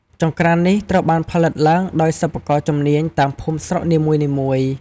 ចង្ក្រាននេះត្រូវបានផលិតឡើងដោយសិប្បករជំនាញតាមភូមិស្រុកនីមួយៗ។